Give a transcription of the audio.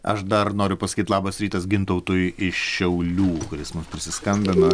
aš dar noriu pasakyt labas rytas gintautui iš šiaulių kuris mums prisiskambino